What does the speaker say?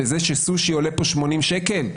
בזה שסושי עולה פה 80 שקל?